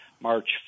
March